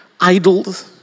Idols